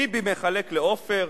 "ביבי מחלק לעופר",